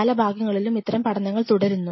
പല ഭാഗങ്ങളിലും ഇത്തരം പഠനങ്ങൾ തുടരുന്നു